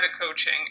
coaching